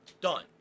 Done